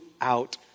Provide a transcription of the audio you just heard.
out